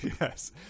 yes